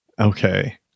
Okay